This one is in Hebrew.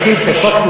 מהאגף.